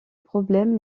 problème